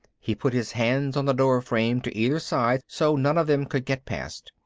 he put his hands on the doorframe to either side so none of them could get past.